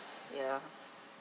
ya